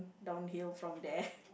downhill from there